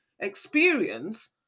experience